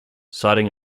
citing